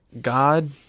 God